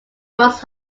must